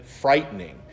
frightening